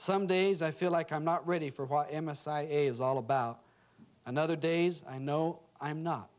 some days i feel like i'm not ready for what it's all about another days i know i'm not